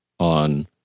on